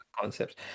concepts